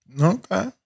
Okay